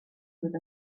with